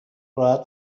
راحت